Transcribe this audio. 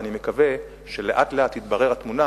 ואני מקווה שלאט-לאט תתברר התמונה,